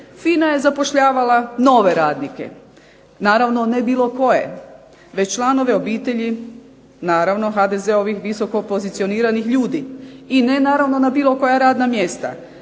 FINA je zapošljavala nove radnike, no naravno ne bilo koje, nego članove obitelji naravno HDZ-ovih visoko pozicioniranih ljudi, i naravno ne na bilo koja radna mjesta.